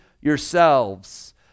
yourselves